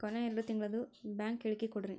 ಕೊನೆ ಎರಡು ತಿಂಗಳದು ಬ್ಯಾಂಕ್ ಹೇಳಕಿ ಕೊಡ್ರಿ